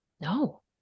no